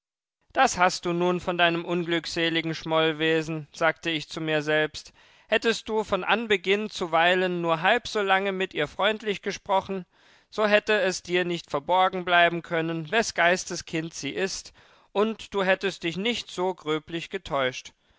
das hast du nun von deinem unglückseligen schmollwesen sagte ich zu mir selbst hättest du von anbeginn zuweilen nur halb so lange mit ihr freundlich gesprochen so hätte es dir nicht verborgen bleiben können wes geistes kind sie ist und du hättest dich nicht so gröblich getäuscht